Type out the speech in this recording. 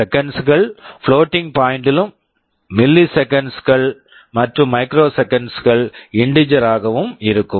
மீண்டும் seconds seconds கள் floating point floating point டிலும் மில்லிசெகண்ட்ஸ்கள் milliseconds மற்றும் மைக்ரோசெகண்ட்ஸ் microseconds கள் இன்டிஜர் integer ஆகவும் இருக்கும்